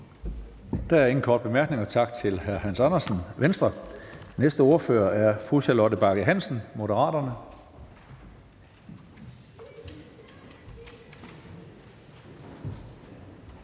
Der er ingen korte bemærkninger. Tak til hr. Hans Andersen, Venstre. Næste ordfører er fru Charlotte Bagge Hansen, Moderaterne.